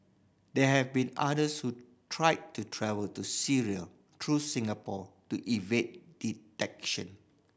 there have been others who tried to travel to Syria through Singapore to evade detection